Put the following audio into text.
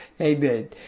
Amen